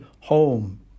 home